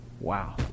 Wow